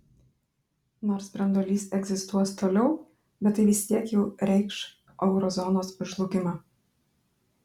nors branduolys egzistuos toliau bet tai vis tiek jau reikš euro zonos žlugimą